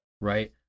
Right